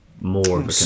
more